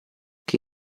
che